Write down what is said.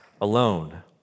alone